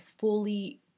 fully